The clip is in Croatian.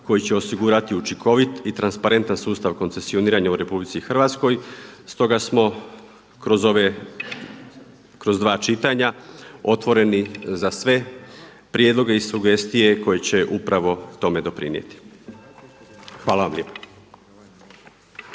koji će osigurati učinkovit i transparentan sustav koncesioniranja u RH, stoga smo kroz dva čitanja otvoreni za sve prijedloge i sugestije koje će upravo tome doprinijeti. Hvala vam lijepo.